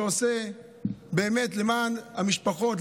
שעושה באמת למען המשפחות,